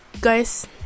guys